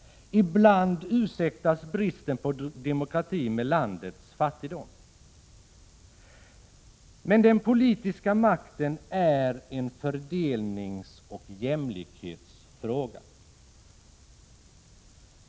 Ibland ursäktas bristen på demokrati med landets fattigdom. Men den politiska makten är en fördelning och jämlikhetsfråga.